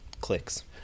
clicks